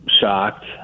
shocked